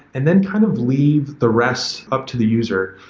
and then kind of leave the rest up to the user.